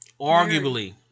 Arguably